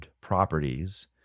properties